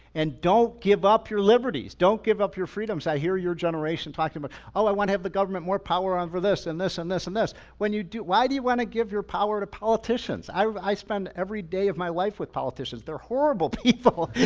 and don't give up your liberties. don't give up your freedoms. i hear your generation talking about, all i want to have the government more power on for this and this and this and this. when you do, why do you want to give your power to politicians? i i spend every day of my life with politicians. they're horrible people.